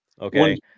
Okay